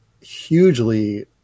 hugely